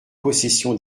possession